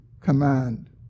command